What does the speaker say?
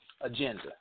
agenda